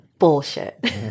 Bullshit